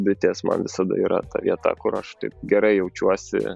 bitės man visada yra ta vieta kur aš taip gerai jaučiuosi